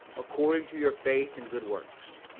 according to your faith and good works,